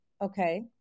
Okay